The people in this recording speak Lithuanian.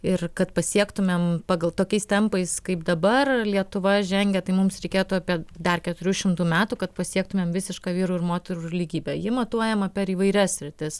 ir kad pasiektumėm pagal tokiais tempais kaip dabar lietuva žengia tai mums reikėtų apie dar keturių šimtų metų kad pasiektumėm visišką vyrų ir moterų lygybę ji matuojama per įvairias sritis